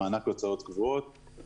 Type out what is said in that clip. במענק הוצאות קבועות,